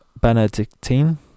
Benedictine